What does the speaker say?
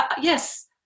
yes